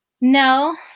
No